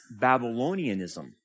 Babylonianism